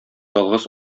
ялгыз